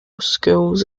schools